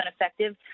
effective